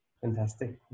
Fantastic